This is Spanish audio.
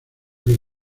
que